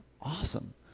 awesome